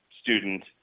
student